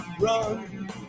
run